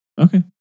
Okay